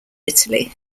italy